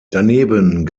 daneben